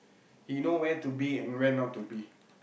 he know where to be and where not to be